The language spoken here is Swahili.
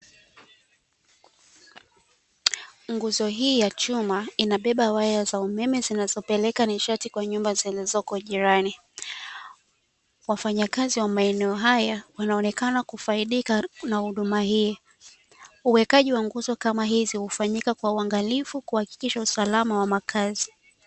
Nguzo hii ya chuma inabeba waya za umeme zinazopeleka nishati kwenye nyumba zilizoko jirani. Wafanyakazi wa maeneo haya wanaonekana kufaidika na huduma hii, uwekaji wa nguzo kama hizi ufanyika kwa uangalifu kuhakikisha uslama wa makazi.